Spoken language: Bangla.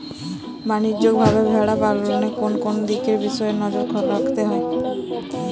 বাণিজ্যিকভাবে ভেড়া পালনে কোন কোন দিকে বিশেষ নজর রাখতে হয়?